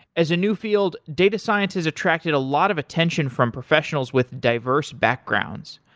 as a new field, data science has attracted a lot of attention from professionals with diverse backgrounds.